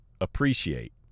appreciate